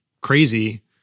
crazy